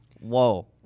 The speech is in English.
Whoa